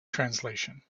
translation